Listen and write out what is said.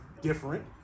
different